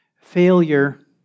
failure